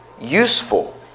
useful